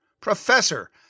professor